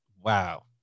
Wow